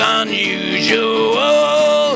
unusual